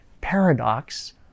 paradox